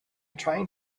trying